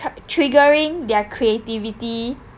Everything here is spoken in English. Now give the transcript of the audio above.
triggering their creativity